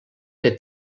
que